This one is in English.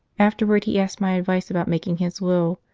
afterwards he asked my advice about making his will,